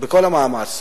בכל המאמץ,